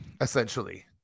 essentially